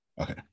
Okay